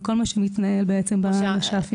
וכל מה שמתנהל בעצם בנש"פים.